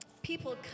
people